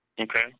Okay